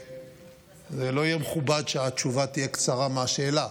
זה לא יהיה מכובד שהתשובה תהיה קצרה מהשאלה.